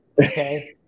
Okay